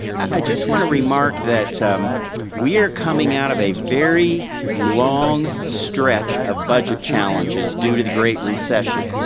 i just wanna remark that we are coming out of a very long stretch of budget challenges due to the great recession.